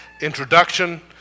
Introduction